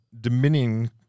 dominion